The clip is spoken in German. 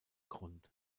grund